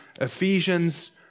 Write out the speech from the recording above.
Ephesians